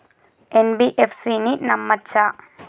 NBFC ని నమ్మచ్చా?